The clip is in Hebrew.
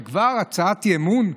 וכבר הצעת אי-אמון.